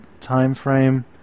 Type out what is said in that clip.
timeframe